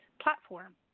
platform